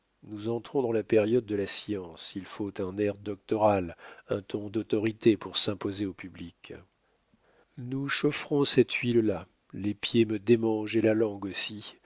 nous entrons dans la période de la science il faut un air doctoral un ton d'autorité pour s'imposer au public nous chaufferons cette huile là les pieds me démangent et la langue aussi